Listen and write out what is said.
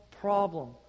problem